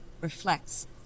reflects